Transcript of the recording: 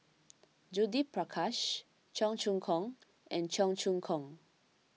Judith Prakash Cheong Choong Kong and Cheong Choong Kong